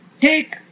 take